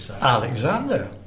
Alexander